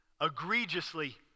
egregiously